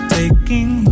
Taking